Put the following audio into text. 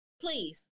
please